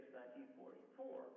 1944